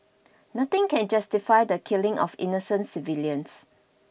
nothing can justify the killing of innocent civilians